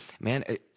man